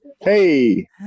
hey